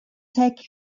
take